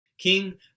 King